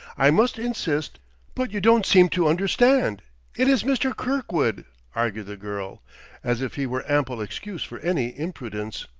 i must insist but you don't seem to understand it is mr. kirkwood! argued the girl as if he were ample excuse for any imprudence!